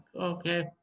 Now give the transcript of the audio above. Okay